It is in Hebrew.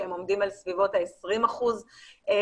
שהם עומדים על סביבות ה-20% רצידיביזם,